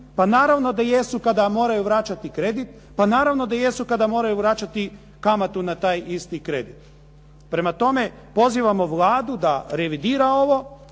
pa naravno da jesu kada moraju vraćati kredit, pa naravno da jesu kada moraju vraćati kamatu na taj isti kredit. Prema tome, pozivamo Vladu da revidira ovo,